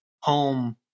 home